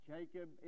Jacob